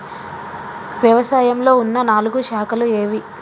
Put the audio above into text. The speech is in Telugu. వ్యవసాయంలో ఉన్న నాలుగు శాఖలు ఏవి?